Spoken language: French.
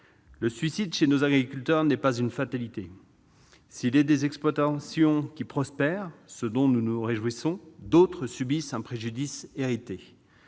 Le suicide chez nos agriculteurs n'est pas une fatalité. S'il est des exploitations qui prospèrent, ce dont nous nous réjouissons, d'autres subissent un préjudice dont